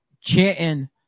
chanting